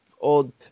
old